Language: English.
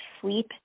sleep